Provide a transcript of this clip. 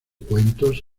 cuentos